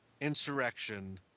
Insurrection